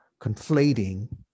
conflating